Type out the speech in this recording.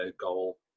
goal